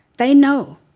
they know.